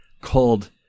called